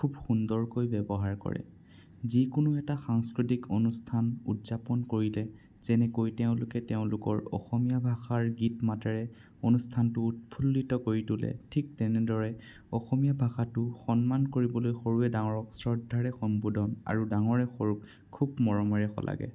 সুন্দৰকৈ ব্যৱহাৰ কৰে যিকোনো এটা সাংস্কৃতিক অনুষ্ঠান উদযাপন কৰিলে যেনেকৈ তেওঁলোকে তেওঁলোকৰ অসমীয়া ভাষাৰ গীত মাতেৰে অনুষ্ঠানটো উৎফুল্লিত কৰি তুলে ঠিক তেনেদৰে অসমীয়া ভাষাটো সন্মান কৰিবলৈ সৰুৱে ডাঙৰক শ্ৰদ্ধাৰে সম্বোধন আৰু ডাঙৰে সৰুক খুব মৰমেৰে শলাগে